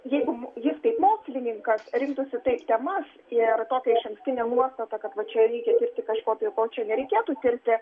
jeigu jis kaip mokslininkas rinktųsi taip temas ir tokią išankstinę nuostatą kad čia reikia tirti kažko o ko čia nereikėtų tirti